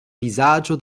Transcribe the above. vizaĝo